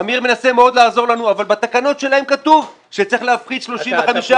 אמיר מנסה מאוד לעזור לנו אבל בתקנות שלהם כתוב שצריך להפחית 35 אחוזים.